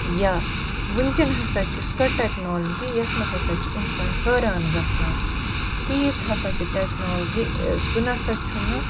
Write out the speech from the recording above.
یا وٕنۍکٮ۪ن ہَسا چھِ سۄ ٹٮ۪کنالجی یَتھ منٛز ہَسا چھُ اِنسان حٲران گژھان تیٖژ ہَسا چھِ ٹٮ۪کنالجی سُہ نَسا چھُنہٕ